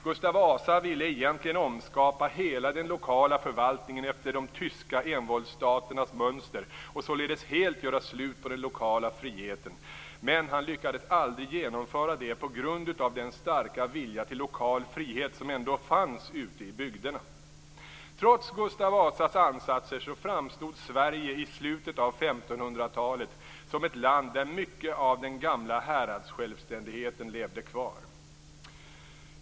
Gustav Vasa ville egentligen omskapa hela den lokala förvaltningen efter de tyska envåldsstaternas mönster och således helt göra slut på den lokala friheten, men han lyckades aldrig genomföra detta på grund av den starka vilja till lokal frihet som ändå fanns ute i bygderna. Trots Gustav Vasas ansatser framstod Sverige i slutet av 1500-talet som ett land där mycket av den gamla häradssjälvständigheten levde kvar.